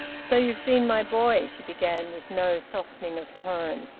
so you've seen my boy? she began, with no softening of tone.